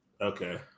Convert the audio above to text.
okay